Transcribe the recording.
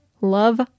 Love